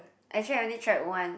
actually I only tried one